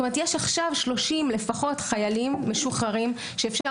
כלומר יש עכשיו 30 לפחות חיילים משוחררים שאפשר